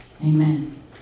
Amen